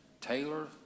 Taylor